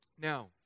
now